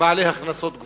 משל בעלי הכנסות גבוהות.